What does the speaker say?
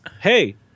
Hey